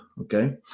okay